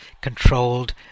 controlled